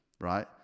right